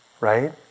right